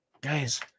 guys